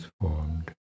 formed